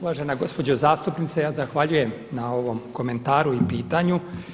Uvažana gospođo zastupnice ja zahvaljujem na ovom komentaru i pitanju.